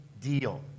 deal